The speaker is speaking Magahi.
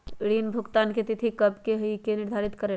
ऋण भुगतान की तिथि कव के होई इ के निर्धारित करेला?